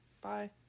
Bye